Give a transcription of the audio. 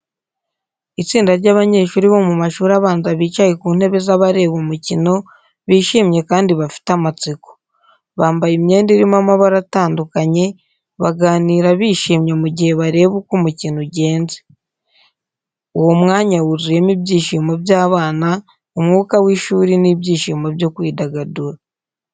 Itsinda ry’abanyeshuri bo mu mashuri abanza bicaye ku ntebe z’abareba umukino, bishimye kandi bafite amatsiko. Bambaye imyenda irimo amabara atandukanye, baganira bishimye mu gihe bareba uko umukino ugenze. Uwo mwanya wuzuyemo ibyishimo by’abana, umwuka w’ishuri, n’ibyishimo byo kwidagadura.